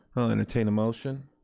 i'll entertain a motion.